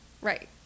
Right